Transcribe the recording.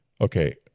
okay